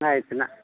ಆಯಿತು ನ